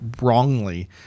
wrongly